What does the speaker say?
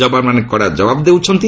ଯବାନମାନେ କଡ଼ା ଜବାବ ଦେଉଛନ୍ତି